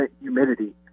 humidity